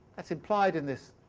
that's implied in this,